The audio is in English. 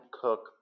Cook